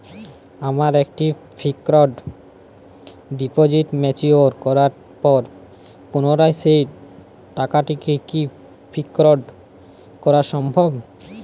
আমার একটি fixed deposit mature করার পর পুনরায় সেই টাকাটিকে কি ফিক্সড করা সম্ভব?